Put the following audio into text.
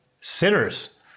sinners